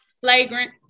Flagrant